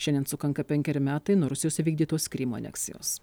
šiandien sukanka penkeri metai nuo rusijos įvykdytos krymo aneksijos